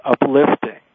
uplifting